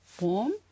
warm